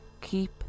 Keep